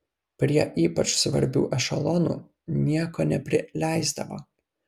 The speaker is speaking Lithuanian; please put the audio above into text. prie ypač svarbių ešelonų nieko neprileisdavo